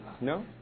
No